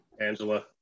Angela